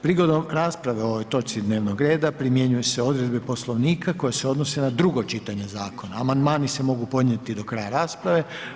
Prigodom rasprave o ovoj točci dnevnog reda primjenjuje se odredbe Poslovnika koje se odnose na drugo čitanje Zakona, amandmani se mogu podnijeti do kraja rasprave.